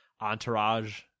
entourage